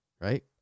right